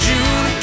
June